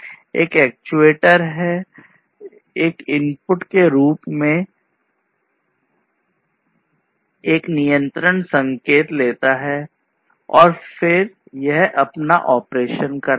एक एक्ट्यूएटर एक इनपुट के रूप में एक नियंत्रण संकेत लेता है और फिर यह अपना ऑपरेशन करता है